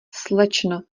slečno